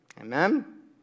Amen